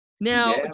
Now